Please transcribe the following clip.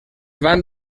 van